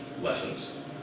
lessons